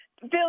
Bill